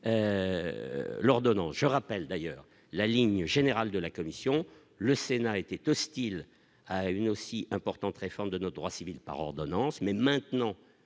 l'ordonnance je rappelle d'ailleurs la ligne générale de la commission, le Sénat était hostile à une aussi importante réforme de notre droit civil par ordonnance, mais maintenant